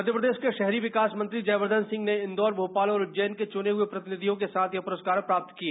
मप्र के शहरी विकास मंत्री जयवर्धन सिंह ने इंदौर भोपाल और उज्जैन के चुने हुए प्रतिनिधियों के साथ यह पुरस्कार प्राप्त किए